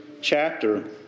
chapter